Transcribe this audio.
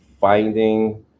finding